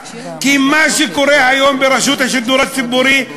כי מה שקורה היום ברשות השידור הציבורי,